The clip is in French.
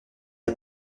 n’y